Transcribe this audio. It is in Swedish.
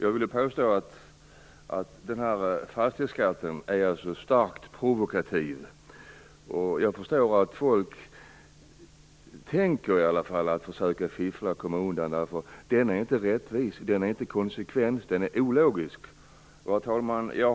Jag vill påstå att fastighetsskatten är starkt provokativ. Jag förstår att folk i alla fall tänker på att försöka fiffla och komma undan. Den här skatten är nämligen inte rättvis. Den är heller inte konsekvent, utan den är ologisk. Herr talman!